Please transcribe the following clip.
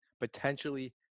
Potentially